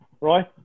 Roy